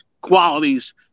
qualities